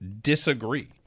disagree